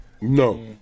No